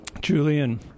Julian